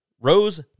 Rose